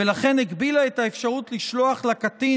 ולכן הגבילה את האפשרות לשלוח לקטין